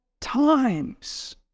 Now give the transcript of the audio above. times